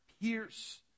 pierce